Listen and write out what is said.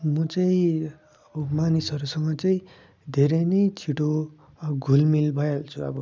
म चाहिँ अब मानिसहरूसँग चाहिँ धेरै नै छिट्टो घुलमिल भइहाल्छु अब